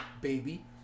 baby